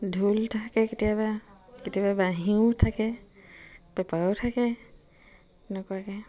ঢোল থাকে কেতিয়াবা কেতিয়াবা বাঁহীও থাকে পেঁপাও থাকে এনেকুৱাকৈ